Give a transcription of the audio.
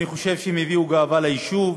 אני חושב שהם הביאו גאווה ליישוב,